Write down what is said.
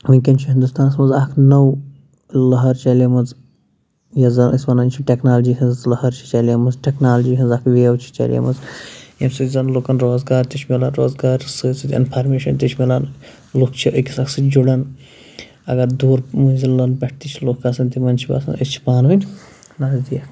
وٕنۍکٮ۪ن چھِ ہِنٛدُستانَس منٛز اَکھ نوٚو لٔہٕر چلیمٕژ یَتھ زَن أسۍ وَنان چھِ ٹیکنالجی ہٕنٛز لٔہٕر چھِ چلیمٕژ ٹیکنالجی ہٕنٛز اَکھ ویو چھِ چلیمٕژ ییٚمہِ سۭتۍ زَنہٕ لُکَن روزگار تہِ چھِ مِلان روزگارَس سۭتۍ سۭتۍ اِنفارمیشَن تہِ چھِ مِلان لُکھ چھِ أکِس اَکھ سۭتۍ جُڑان اَگر دوٗر مٔنٛزِلَن پٮ۪ٹھ تہِ چھِ لُکھ آسان تِمَن چھِ باسان أسۍ چھِ پانہٕ ؤنۍ نزدیٖک